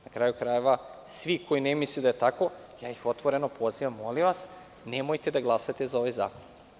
Na kraju krajeva, svi koji ne misle da je tako, ja ih otvoreno pozivam – molim vas, nemojte da glasate za ovaj zakon.